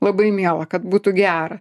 labai mielą kad būtų gera